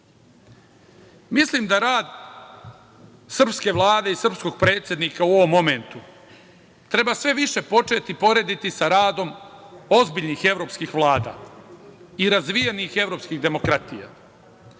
godine. Mislim da rad srpske Vlade i srpskog predsednika u ovom momentu treba sve više početi porediti sa radom ozbiljnih evropskih vlada i razvijenih evropskih demokratija.